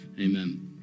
Amen